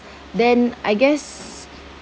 then I guess